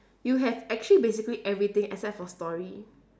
you have actually basically everything except for story